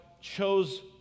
chose